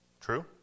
True